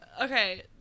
Okay